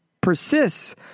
persists